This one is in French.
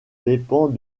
dépend